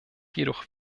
jedoch